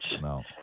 No